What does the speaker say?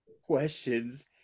questions